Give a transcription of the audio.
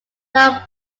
now